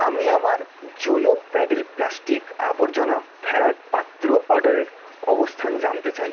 আমি আমার জোয়ো প্যাডেল প্লাস্টিক আবর্জনা ফেলার পাত্র অর্ডারের অবস্থান জানতে চাই